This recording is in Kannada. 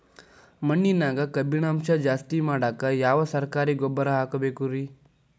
ಮಣ್ಣಿನ್ಯಾಗ ಕಬ್ಬಿಣಾಂಶ ಜಾಸ್ತಿ ಮಾಡಾಕ ಯಾವ ಸರಕಾರಿ ಗೊಬ್ಬರ ಹಾಕಬೇಕು ರಿ?